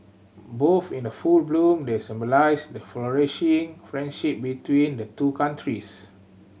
both in the full bloom they symbolise the flourishing friendship between the two countries